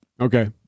Okay